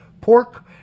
pork